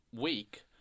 week